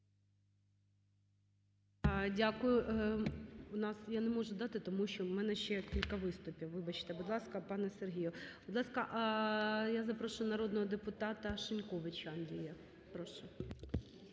У нас, я не можу дати, тому що в мене ще кілька виступів. Вибачте, будь ласка, пане Сергію. Будь ласка, я запрошую народного депутата Шиньковича Андрія. Прошу.